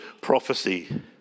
prophecy